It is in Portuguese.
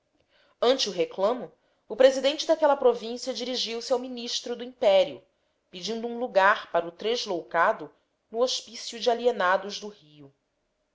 ante o reclamo o presidente daquela província dirigiu-se ao ministro do império pedindo um lugar para o tresloucado no hospício de alienados do rio